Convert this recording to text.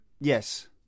Yes